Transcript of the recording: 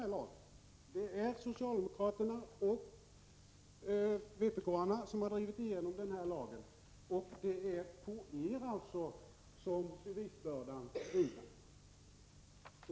Det är socialdemokraterna och vpk som har drivit igenom lagen, och det är alltså på er som bevisbördan ligger.